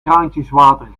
kraantjeswater